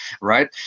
right